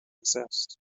exist